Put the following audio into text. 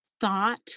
thought